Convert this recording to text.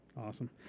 Awesome